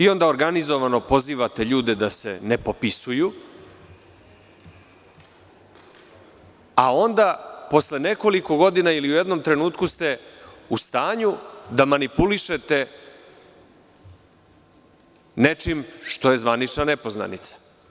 Onda organizovano pozivate ljude da se ne popisuju, a onda posle nekoliko godina ili u jednom trenutku ste u stanju da manipulišete nečim što je zvanična nepoznanica.